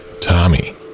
Tommy